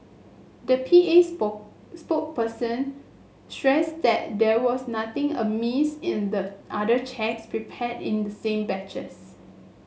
the P A spoke spokesperson stressed that there was nothing amiss in the other cheques prepared in the same batches